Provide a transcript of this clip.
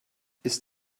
ist